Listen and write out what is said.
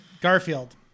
Garfield